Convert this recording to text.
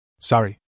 Sorry